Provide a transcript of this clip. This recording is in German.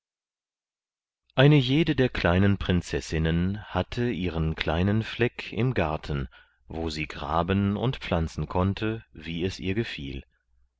eine jede der kleinen prinzessinnen hatte ihren kleinen fleck im garten wo sie graben und pflanzen konnte wie es ihr gefiel